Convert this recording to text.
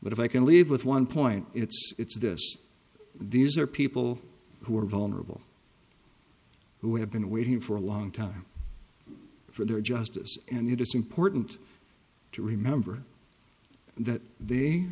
but if i can leave with one point it's this these are people who are vulnerable who have been waiting for a long time for their justice and you just important to remember that they